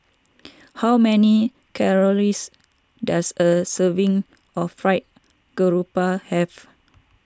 how many calories does a serving of Fried Garoupa have